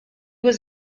was